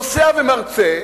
נוסע ומרצה,